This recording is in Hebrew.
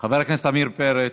חבר הכנסת עמיר פרץ,